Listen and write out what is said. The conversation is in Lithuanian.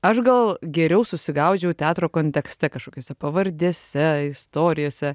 aš gal geriau susigaudžiau teatro kontekste kažkokiose pavardėse istorijose